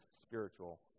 spiritual